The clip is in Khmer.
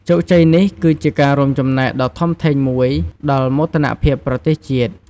ជោគជ័យនេះគឺជាការរួមចំណែកដ៏ធំធេងមួយដល់មោទនភាពប្រទេសជាតិ។